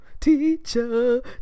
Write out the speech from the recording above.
Teacher